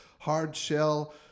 hard-shell